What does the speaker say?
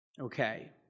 Okay